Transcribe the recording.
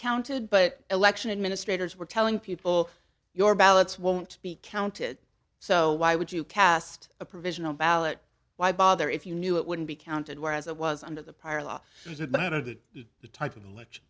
counted but election administrators were telling people your ballots won't be counted so why would you cast a provisional ballot why bother if you knew it wouldn't be counted whereas it was under the prior l